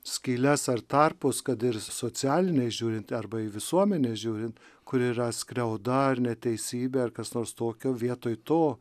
skyles ar tarpus kad ir socialiniai žiūrint arba į visuomenę žiūrint kur yra skriauda ir neteisybė ar kas nors tokio vietoj to